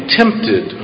tempted